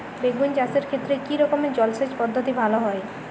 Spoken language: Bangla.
বেগুন চাষের ক্ষেত্রে কি রকমের জলসেচ পদ্ধতি ভালো হয়?